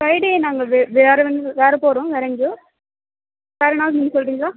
Friday நாங்கள் வேறு வேறு போகிறோம் வேறு எங்கேயோ வேறு நாள் சொல்கிறீங்களா